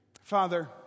Father